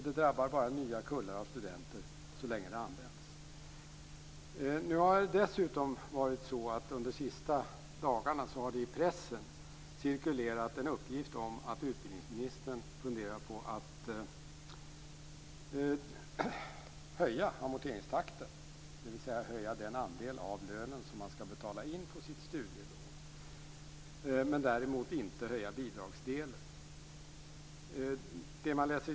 Det drabbar bara nya kullar av studenter så länge det används. De senaste dagarna har det dessutom i pressen cirkulerat en uppgift om att utbildningsministern funderar på att höja amorteringstakten, dvs. höja den andel av lönen som man skall betala in som amortering på sitt studielån. Däremot skall bidragsdelen inte höjas.